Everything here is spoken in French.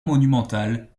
monumentales